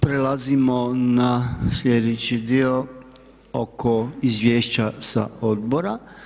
Prelazimo na sljedeći dio oko izvješća sa odbora.